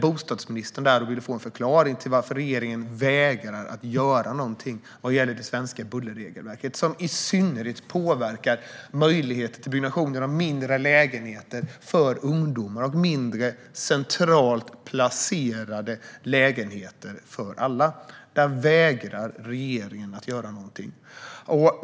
Bostadsministern var där, och vi ville få en förklaring till att regeringen vägrar göra någonting åt det svenska bullerregelverket. Det påverkar i synnerhet möjligheten till byggnation av mindre lägenheter för ungdomar och mindre centralt placerade lägenheter för alla. Där vägrar regeringen att göra någonting.